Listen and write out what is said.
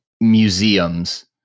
museums